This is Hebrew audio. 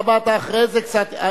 אתה באת אחרי זה קצת.